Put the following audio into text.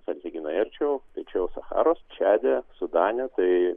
sąlyginai arčiau piečiau sacharos čade sudane tai